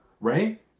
right